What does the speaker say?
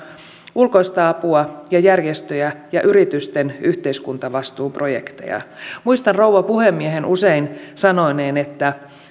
ulkoista apua ja järjestöjä ja yritysten yhteiskuntavastuuprojekteja muistan rouva puhemiehen usein sanoneen että